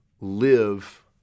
live